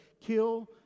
kill